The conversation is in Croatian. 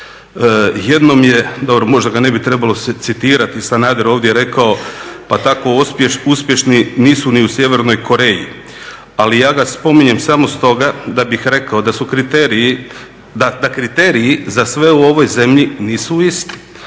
Jednom je, dobro možda ga ne bi trebalo citirati Sanader ovdje rekao, pa tako uspješni nisu ni u Sjevernoj Koreji ali ja ga spominjem samo stoga da bih rekao da kriteriji za sve u ovoj zemlji nisu isti.